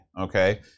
okay